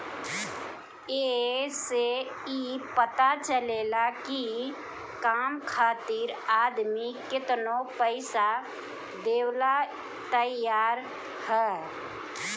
ए से ई पता चलेला की काम खातिर आदमी केतनो पइसा देवेला तइयार हअ